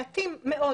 מעטים מאוד.